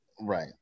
Right